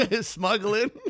Smuggling